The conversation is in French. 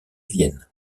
vienne